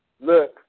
Look